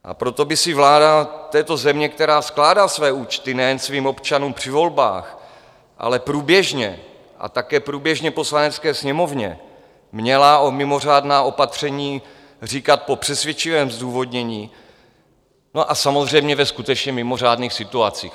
A proto by si vláda této země, která skládá své účty nejen svým občanům při volbách, ale průběžně a také průběžně Poslanecké sněmovně, měla o mimořádná opatření říkat po přesvědčivém zdůvodnění a samozřejmě ve skutečně mimořádných situacích.